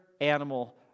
animal